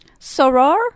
Soror